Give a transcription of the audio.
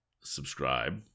subscribe